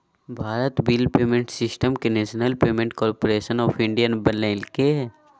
Bharat bill payment system के national payments corporation of India बनैल्कैय